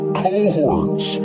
cohorts